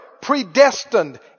predestined